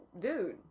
dude